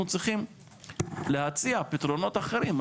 אנו צריכים להציע פתרונות אחרים.